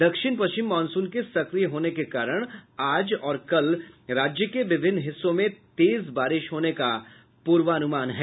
दक्षिण पश्चिम मॉनसून के सक्रिय होने के कारण आज और कल राज्य के विभिन्न हिस्सों में तेज बारिश होने का पूर्वानुमान है